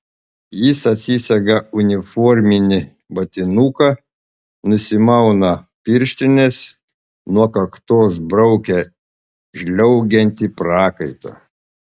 jis atsisega uniforminį vatinuką nusimauna pirštines nuo kaktos braukia žliaugiantį prakaitą